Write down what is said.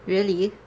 really